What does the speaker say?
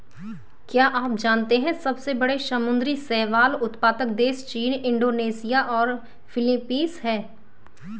क्या आप जानते है सबसे बड़े समुद्री शैवाल उत्पादक देश चीन, इंडोनेशिया और फिलीपींस हैं?